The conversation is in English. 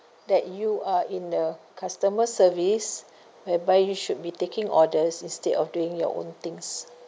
that you are in the customer service whereby you should be taking orders instead of doing your own things